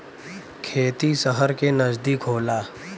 खेती सहर के नजदीक होला